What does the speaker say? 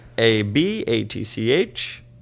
A-B-A-T-C-H